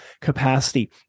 capacity